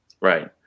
Right